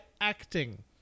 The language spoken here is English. acting